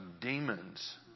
demons